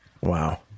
Wow